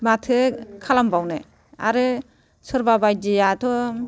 माथो खालामबावनो आरो सोरबाबायदियाथ'